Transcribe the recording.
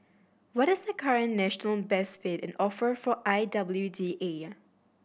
what is the current national best bid and offer for I W D A